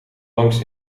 langs